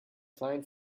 client